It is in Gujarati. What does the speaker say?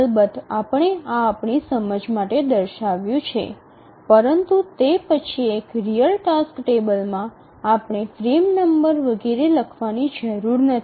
અલબત્ત આપણે આ આપણી સમજણ માટે દર્શાવ્યું છે પરંતુ તે પછી એક રીઅલ ટાસ્ક ટેબલમાં આપણે ફ્રેમ નંબર વગેરે લખવાની જરૂર નથી